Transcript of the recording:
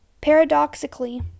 Paradoxically